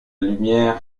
lumière